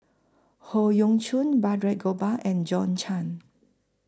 Howe Yoon Chong Balraj Gopal and John Clang